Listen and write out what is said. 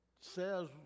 says